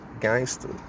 gangster